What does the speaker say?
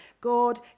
God